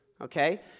Okay